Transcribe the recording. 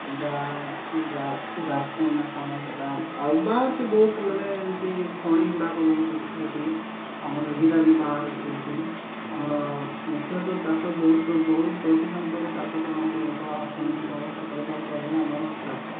ହୀରା ଗାର୍ଟେନ ନା କ ଣ ସେଟା ଆଉ ବାହାରୁଛି ବହୁତ ମାନେ ଏମିତି ଖଣି ଗୁଡ଼ାକ ବହୁତ ଅଛି ସେଠି ଆମର ହୀରା ବି ବାହାରୁଛି ଏଠି ଆମର ମୁଖ୍ୟତଃ ଚାଷ ବହୁତ ବହୁତ ଅଧିକାଂଶରେ ଚାଷ କରନ୍ତି ଲୋକ ଅର୍ଥନୈତିକ ଅବସ୍ଥା କହିବାକୁ ଗଲେ ଆମର ଚାଷ